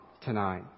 tonight